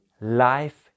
life